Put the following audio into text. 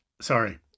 Sorry